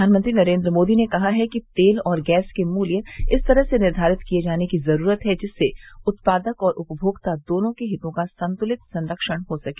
प्रधानमंत्री नरेन्द्र मोदी ने कहा है कि तेल और गैस के मूल्य इस तरह से निर्धारित किये जाने की जरूरत है जिससे उत्पादक और उपभोक्ता दोनों के हितों का संतुलित संरक्षण हो सके